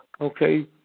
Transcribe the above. Okay